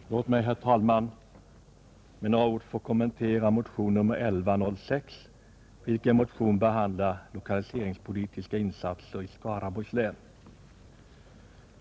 Herr talman! Låt mig med några ord få kommentera motion nr 1106, vilken behandlar lokaliseringspolitiska insatser i Skaraborgs län.